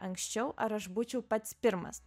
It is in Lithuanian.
anksčiau ar aš būčiau pats pirmas